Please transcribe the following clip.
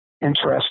interesting